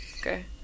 Okay